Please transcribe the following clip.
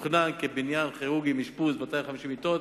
תוכנן כבניין כירורגי עם אשפוז: 250 מיטות